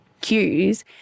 cues